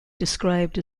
described